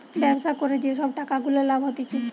ব্যবসা করে যে সব টাকা গুলা লাভ হতিছে